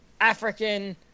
african